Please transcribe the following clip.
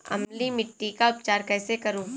अम्लीय मिट्टी का उपचार कैसे करूँ?